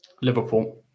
Liverpool